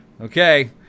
Okay